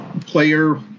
player